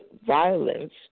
violence